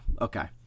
okay